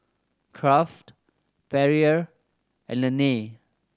Kraft Perrier and Laneige